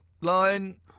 Line